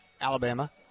Alabama